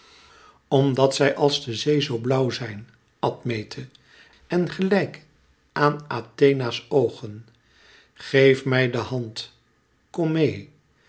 omdat zij als de zee zoo blauw zijn admete en gelijk aan athena's oogen geef mij de hand kom meê